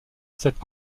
cette